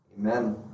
Amen